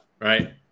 right